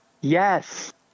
Yes